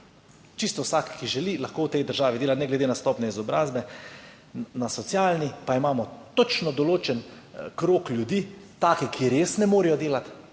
Čisto vsak, ki želi, lahko v tej državi dela, ne glede na stopnjo izobrazbe. Na socialni pa imamo točno določen krog ljudi, take, ki res ne morejo delati,